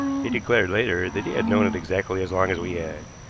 he declared later that he had known it exactly as long as we had,